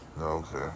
Okay